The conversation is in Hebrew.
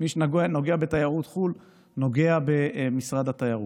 מי שנוגע בתיירות חו"ל נוגע במשרד התיירות.